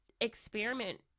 experiment